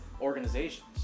organizations